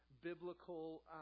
biblical